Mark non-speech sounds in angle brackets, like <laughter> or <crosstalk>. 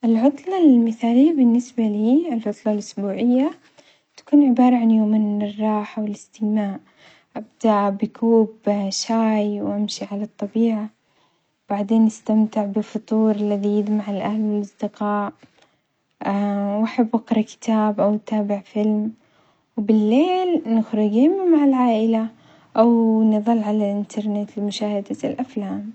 العطلة المثالية بالنسبة لي، العطلة الأسبوعية تكون عبارة عن يوم من الراحة والاستجمام، أبدأ بكوب شاي وأمشي على الطبيعة، وبعدين أستمتع بفطور لذيذ مع الأهل والأصدقاء، <hesitation> وأحب أقرأ كتاب أو أتابع فيلم، وبالليل نخرج يوم مع العائلة أو نظل على الإنترنت لمشاهدة الأفلام.